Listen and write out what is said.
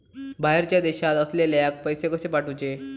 बाहेरच्या देशात असलेल्याक पैसे कसे पाठवचे?